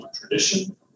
tradition